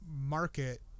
market